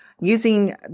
using